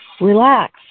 Relax